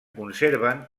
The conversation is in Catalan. conserven